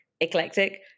eclectic